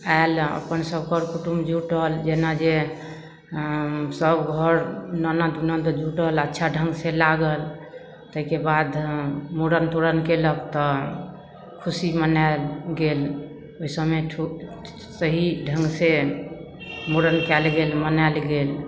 आएल अपन सभ कर कुटुम जुटल जेना जे हँ सब घर ननद नन्द जुटल अच्छा ढङ्गसे लागल ताहिके बाद मूड़न तूड़न कएलक तऽ खुशी मनाएल गेल ओहिसबमे ठू सही ढङ्गसे मूड़न कएल गेल मनाएल गेल